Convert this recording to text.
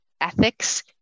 ethics